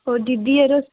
दीदी जरो